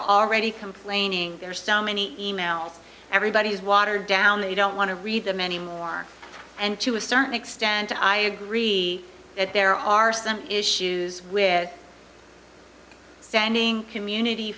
already complaining there are some any e mails everybody is watered down they don't want to read them anymore and to a certain extent i agree that there are some issues with standing community